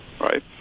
right